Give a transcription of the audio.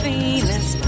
Venus